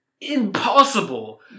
impossible